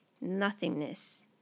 Nothingness